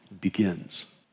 begins